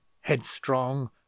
headstrong